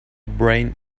brain